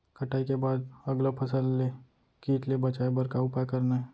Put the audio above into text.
कटाई के बाद अगला फसल ले किट ले बचाए बर का उपाय करना हे?